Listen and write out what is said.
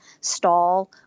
stall